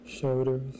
shoulders